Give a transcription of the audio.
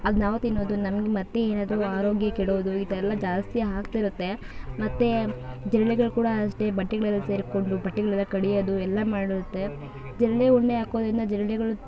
ಅದು ನಾವು ತಿನ್ನೋದು ನಮ್ಗೆ ಮತ್ತೆ ಏನಾದ್ರೂ ಆರೋಗ್ಯ ಕೆಡೋದು ಇದೆಲ್ಲ ಜಾಸ್ತಿ ಆಗ್ತಿರುತ್ತೆ ಮತ್ತು ಜಿರ್ಳೆಗಳು ಕೂಡ ಅಷ್ಟೇ ಬಟ್ಟೆಗಳಲ್ಲಿ ಸೇರಿಕೊಂಡು ಬಟ್ಟೆಗಳೆಲ್ಲ ಕಡಿಯೋದು ಎಲ್ಲ ಮಾಡುತ್ತೆ ಜಿರಳೆ ಉಂಡೆ ಹಾಕೋದ್ರಿಂದ ಜಿರಳೆಗಳು